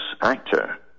actor